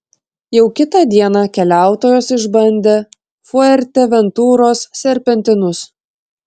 jau kitą dieną keliautojos išbandė fuerteventuros serpentinus